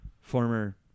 former